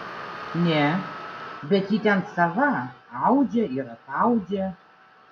ne bet ji ten sava audžia ir ataudžia